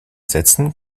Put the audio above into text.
sätzen